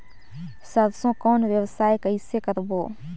सरसो कौन व्यवसाय कइसे करबो?